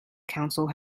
council